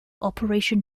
operation